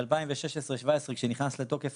ב-2016 2017 כשנכנס לתוקף